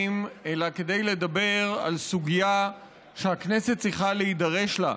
אלא כדי לדבר על סוגיה שהכנסת צריכה להידרש לה,